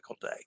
Day